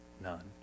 none